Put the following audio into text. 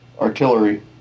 artillery